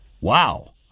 Wow